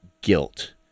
guilt